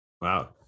Wow